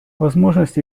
возможность